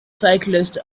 cyclists